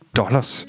dollars